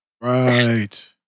Right